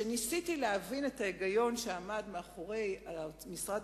ניסיתי להבין את ההיגיון שעמד מאחורי הנושא כאשר משרד